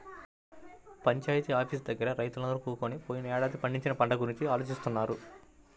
panchayat office దగ్గర రైతులందరూ కూకొని పోయినేడాది పండించిన పంట గురించి ఆలోచిత్తన్నారు